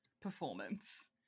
performance